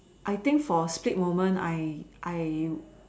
I think for a split moment I I